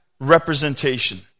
representation